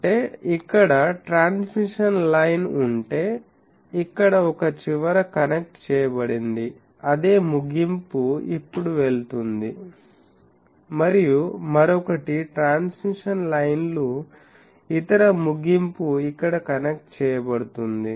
అంటే ఇక్కడ transmission line ఉంటే ఇక్కడ ఒక చివర కనెక్ట్ చేయబడింది అదే ముగింపు ఇప్పుడు వెళుతుంది మరియు మరొకటి ట్రాన్స్మిషన్ లైన్లు ఇతర ముగింపు ఇక్కడ కనెక్ట్ చేయబడుతుంది